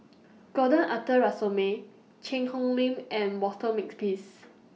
Gordon Arthur Ransome Cheang Hong Lim and Walter Makepeace